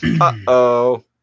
Uh-oh